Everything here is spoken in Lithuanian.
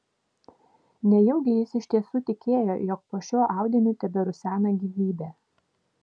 nejaugi jis iš tiesų tikėjo jog po šiuo audiniu teberusena gyvybė